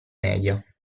media